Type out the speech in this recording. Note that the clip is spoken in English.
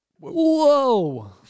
Whoa